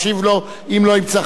אדוני השר, בבקשה.